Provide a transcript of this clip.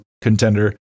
contender